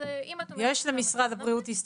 אז אם את אומרת -- יש למשרד הבריאות הסתייגויות.